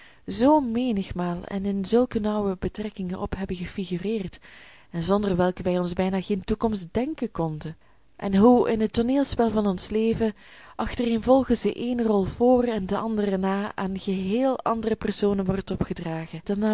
zoo menigmaal en in zulke nauwe betrekkingen op hebben gefigureerd en zonder welke wij ons bijna geen toekomst denken konden en hoe in het tooneelspel van ons leven achtereenvolgens de eene rol voor en de andere na aan geheel andere personen wordt opgedragen